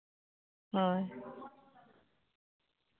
ᱦᱳᱭ